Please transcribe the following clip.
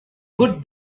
good